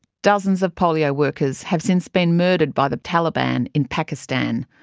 dozens of polio workers have since been murdered by the taliban in pakistan.